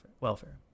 welfare